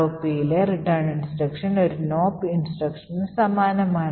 ROPയിൽ return instruction ഒരു nop instruction ന് സമാനമാണ്